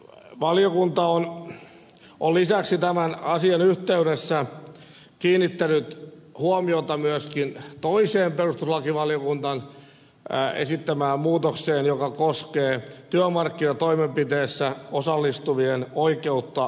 valiokunta on lisäksi tämän asian yhteydessä kiinnittänyt huomiota myöskin toiseen perustuslakivaliokunnan esittämään muutokseen joka koskee työmarkkinatoimenpiteisiin osallistuvien oikeutta vuosilomaan